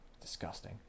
Disgusting